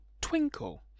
Twinkle